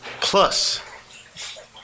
plus